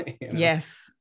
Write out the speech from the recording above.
yes